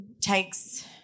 Takes